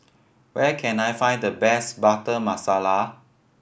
where can I find the best Butter Masala